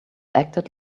acted